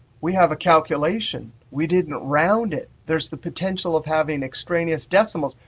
we have a calculation. we didn't round it. there's the potential of having extraneous decimals.